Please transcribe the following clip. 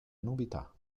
novità